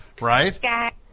Right